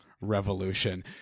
revolution